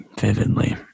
vividly